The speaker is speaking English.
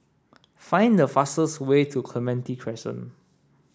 find the fastest way to Clementi Crescent